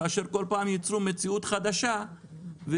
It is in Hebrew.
כאשר כל פעם יצרו מציאות חדשה והתקבלו